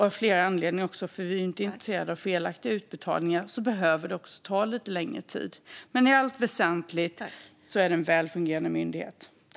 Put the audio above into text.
Av flera anledningar - vi är ju inte intresserade av att få felaktiga utbetalningar - behöver det ta lite längre tid. Men i allt väsentligt är det en väl fungerande myndighet.